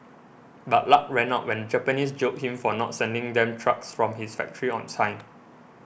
but luck ran out when Japanese jailed him for not sending them trucks from his factory on time